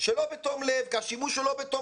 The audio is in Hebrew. שלא בתום לב כי השימוש הוא לא בתום